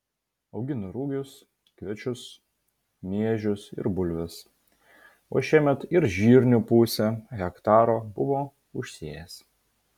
augina rugius kviečius miežius ir bulves o šiemet ir žirnių pusę hektaro buvo užsėjęs